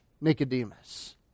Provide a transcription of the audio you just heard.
Nicodemus